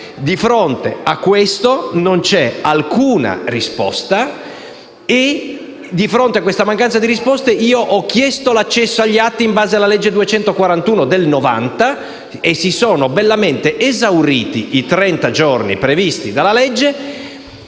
di più e mi sono limitato apposta), di fronte a tale mancanza di risposte io ho chiesto l'accesso agli atti in base alla legge n. 241 del 1990 e si sono bellamente esauriti i 30 giorni previsti dalla legge